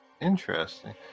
Interesting